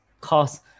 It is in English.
cause